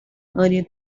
earlier